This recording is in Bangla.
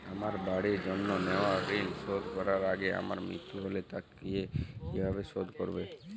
আমার বাড়ির জন্য নেওয়া ঋণ শোধ করার আগে আমার মৃত্যু হলে তা কে কিভাবে শোধ করবে?